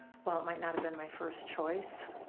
while it might not have been my first choice,